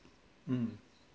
um